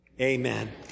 Amen